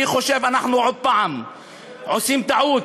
אני חושב שאנחנו עוד פעם עושים טעות.